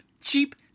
cheap